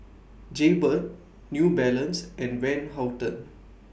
Jaybird New Balance and Van Houten